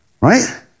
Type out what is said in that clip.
Right